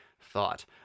thought